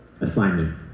assignment